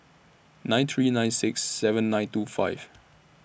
nine three nine six seven nine two five